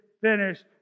finished